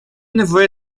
nevoie